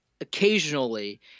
occasionally –